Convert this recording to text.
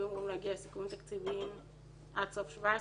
הם היו אמורים להגיע לסיכומים תקציביים עד סוף 2017,